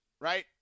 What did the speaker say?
right